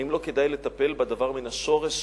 האם לא כדאי לטפל בדבר מן השורש?